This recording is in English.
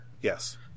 Yes